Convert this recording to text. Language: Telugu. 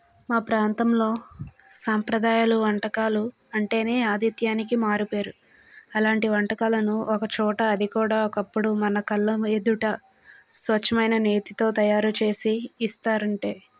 మా ప్రాంతంలో సాంప్రదాయాలు వంటకాలు అంటేనే ఆధిత్యానికి మారుపేరు అలాంటి వంటకాలను ఒకచోట అది కూడా ఒకప్పుడు మన కళ్ళ ఎదుట స్వచ్ఛమైన నేతితో తయారుచేసి ఇస్తారంటే